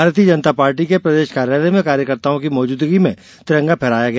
भारतीय जनता पार्टी के प्रदेश कार्यालय में कार्यकर्ताओं की मौजूदगी में तिरंगा फहराया गया